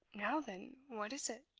now then! what is it?